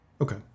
Okay